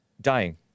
dying